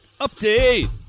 Update